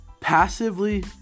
passively